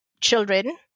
children